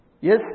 Yes